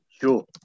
sure